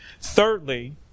Thirdly